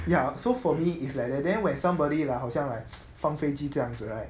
ya so for me it's like that then when somebody like 好像 like 放飞机这样子 right